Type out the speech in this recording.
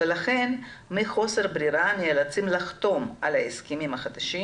ולכן מחוסר ברירה נאלצים לחתום על ההסכמים החדשים